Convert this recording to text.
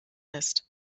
ist